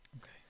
okay